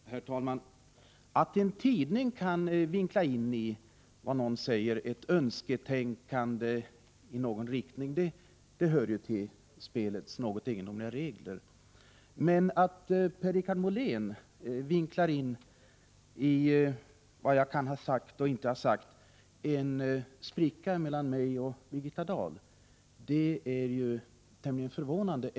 Herr talman! Att en tidning kan vinkla in i vad man säger ett önsketänkande i någon riktning hör till spelets något egendomliga regler, men att Per-Richard Molén vinklar in i vad jag kan ha sagt och inte sagt en spricka mellan mig och Birgitta Dahl är tämligen förvånande.